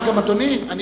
גם אדוני?